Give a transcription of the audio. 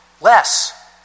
less